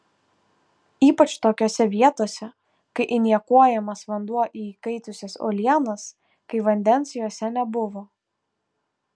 ypač tokiose vietose kai injekuojamas vanduo į įkaitusias uolienas kai vandens juose nebuvo